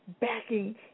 backing